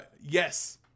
yes